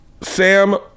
Sam